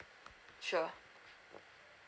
sure